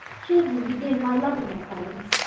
children begin by loving their parents.